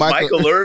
Michael